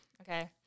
okay